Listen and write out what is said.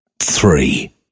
Three